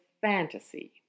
fantasy